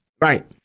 Right